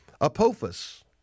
Apophis